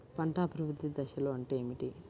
పంట అభివృద్ధి దశలు ఏమిటి?